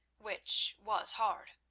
which was hard.